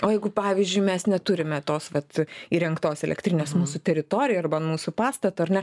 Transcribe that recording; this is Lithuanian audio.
o jeigu pavyzdžiui mes neturime tos vat įrengtos elektrinės mūsų teritorijoj arba ant mūsų pastato ar ne